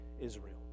Israel